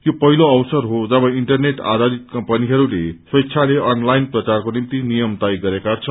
यो पहिलो अवसर हो जब इन्टरनेट आधारित कम्पनीहरूले स्वेच्छाले अनलाईन प्रचारको निम्ति नियम तय गरेका छन्